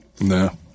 no